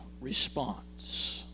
response